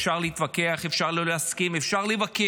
אפשר להתווכח, אפשר לא להסכים, אפשר לבקר,